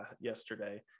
yesterday